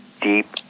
deep